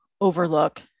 overlook